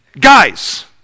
Guys